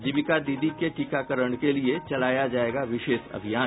जीविका दीदी के टीकाकरण के लिए चलाया जायेगा विशेष अभियान